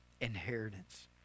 Inheritance